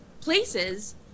places